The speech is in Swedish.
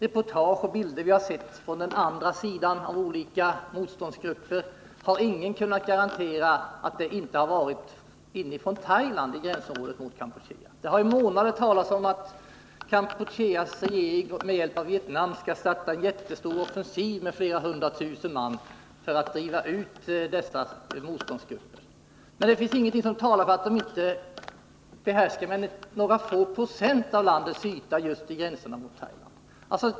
Ingen har kunnat garantera att de reportage och bilder av olika motståndsgrupper som vi har sett inte är från gränsområdet mellan Thailand och Kampuchea. Det har i månader talats om att Kampucheas regering med hjälp av Vietnam skall starta en jättestor offensiv med flera hundra tusen man för att driva ut dessa motståndsgrupper. Det finns ingenting som talar för att de inte behärskar mer än några få procent av landets yta just i gränsområdet mot Thailand.